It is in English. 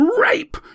Rape